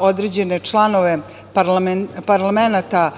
određene članove parlamenata